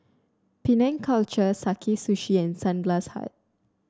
Penang Culture Sakae Sushi and Sunglass Hut